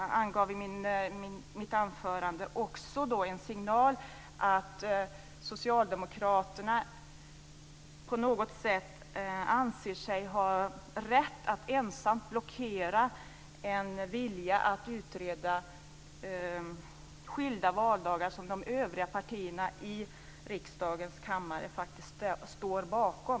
Som jag angav i mitt anförande är det trots allt en signal om att socialdemokraterna på något sätt kan anse sig ha rätt att ensamma blockera en utredning av förslaget om skilda valdagar, som de övriga partierna i riksdagens kammare faktiskt står bakom.